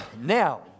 Now